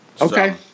okay